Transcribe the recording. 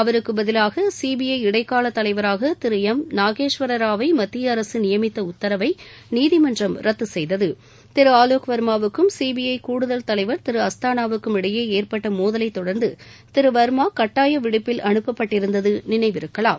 அவருக்கு பதிலாக சிபிஐ இடைக்கால தலைவராக திரு எம் நாகேஸ்வரராவை மத்திய அரசு நியமித்த உத்தரவை நீதிமன்றம் ரத்து செய்தது திரு ஆவோக் வர்மாவுக்கும் சிபிஐ கூடுதல் தலைவர் திரு அஸ்தானாவுக்கும் இடையே ஏற்பட்ட மோதலை தொடர்ந்து திரு வர்மா கட்டாய விடுப்பில் அனுப்பப்பட்டிருந்தது நினைவிருக்கலாம்